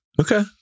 Okay